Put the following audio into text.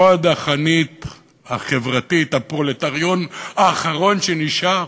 חוד החנית החברתית, הפרולטריון האחרון שנשאר,